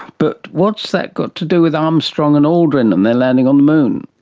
but what's that got to do with armstrong and aldrin and their landing on the moon?